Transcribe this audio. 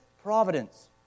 providence